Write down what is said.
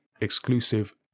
exclusive